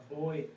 boy